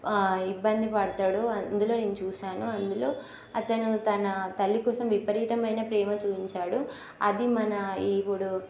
ఇబ్బంది పడతాడు అందులో నేను చూశాను అందులో అతను తన తల్లి కోసం విపరీతమైన ప్రేమ చూపించాడు అది మన ఇపుడు